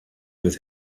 with